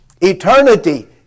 eternity